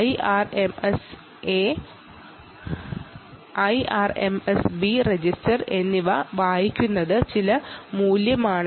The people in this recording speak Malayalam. IRMSA IRMSB രജിസ്റ്റർ എന്നിവ റീഡ് ചെയ്യുന്നത് ചില നല്ലതാണ്